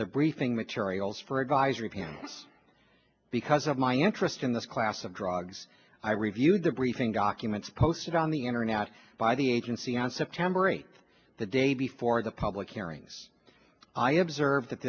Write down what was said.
the briefing materials for advisory panel this because of my interest in this class of drugs i reviewed the briefing documents posted on the internet by the agency on september eighth the day before the public hearings i observed that